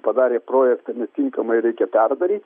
padarė projektą netinkamai reikia perdaryt